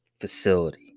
facility